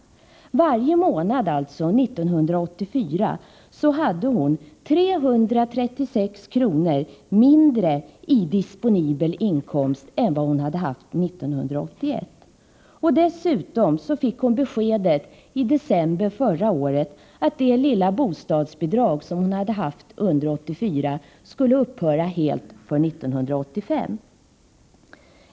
För 1984 hade hon alltså för varje månad 336 kr. mindre i disponibel inkomst än vad hon hade haft 1981. Dessutom fick hon besked i december förra året att det lilla bostadsbidrag hon haft under 1984 skulle upphöra helt 1985.